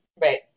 right